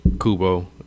Kubo